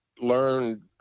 learn